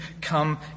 come